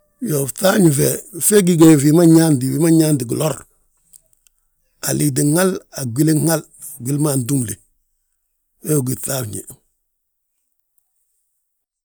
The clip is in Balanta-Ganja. Iyoo, fŧafñi fe, fe gí ge fi ma nyaanti, wi ma nyaanti gilor, a liitin hal, a gwilin hal, gwili ma antúmle, wee wi gí fŧafñe.